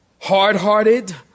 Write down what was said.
hard-hearted